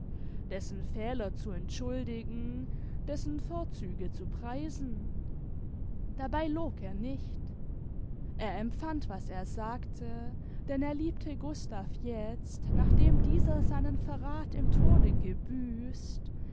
dessen fehler zu entschuldigen dessen vorzüge zu preisen dabei log er nicht er empfand was er sagte denn er liebte gustav jetzt nachdem dieser seinen verrath im tode gebüßt